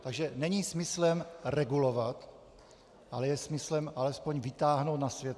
Takže není smyslem regulovat, ale je smyslem alespoň vytáhnout na světlo.